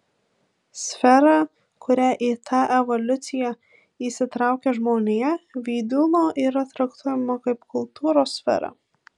sfera kuria į tą evoliuciją įsitraukia žmonija vydūno yra traktuojama kaip kultūros sfera